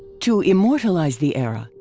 to immortalize the era,